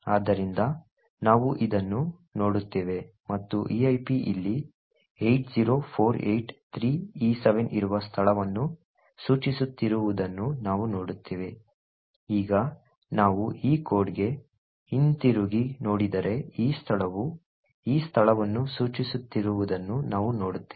ಆದ್ದರಿಂದ ನಾವು ಇದನ್ನು ನೋಡುತ್ತೇವೆ ಮತ್ತು eip ಇಲ್ಲಿ 80483e7 ಇರುವ ಸ್ಥಳವನ್ನು ಸೂಚಿಸುತ್ತಿರುವುದನ್ನು ನಾವು ನೋಡುತ್ತೇವೆ ಈಗ ನಾವು ಈ ಕೋಡ್ಗೆ ಹಿಂತಿರುಗಿ ನೋಡಿದರೆ ಈ ಸ್ಥಳವು ಈ ಸ್ಥಳವನ್ನು ಸೂಚಿಸುತ್ತಿರುವುದನ್ನು ನಾವು ನೋಡುತ್ತೇವೆ